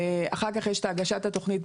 אחר כך יש את הגשת התכנית.